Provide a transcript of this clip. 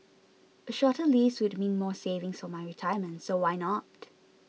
a shorter lease would mean more savings for my retirement so why not